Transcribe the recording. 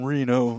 Reno